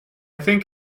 think